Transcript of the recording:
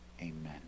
Amen